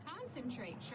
Concentrate